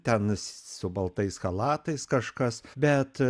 ten su baltais chalatais kažkas bet